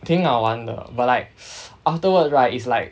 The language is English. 挺好玩的 but like afterwards right is like